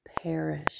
perish